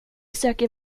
söker